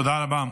תודה רבה.